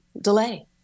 delay